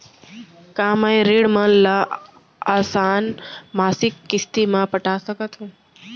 का मैं ऋण मन ल आसान मासिक किस्ती म पटा सकत हो?